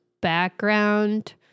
background